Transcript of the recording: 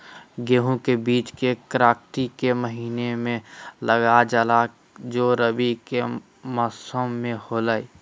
गेहूं का बीज को कार्तिक के महीना में लगा जाला जो रवि के मौसम में होला